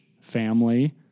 family